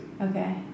Okay